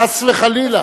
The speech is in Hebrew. חס וחלילה.